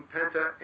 Penta